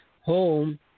home